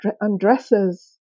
undresses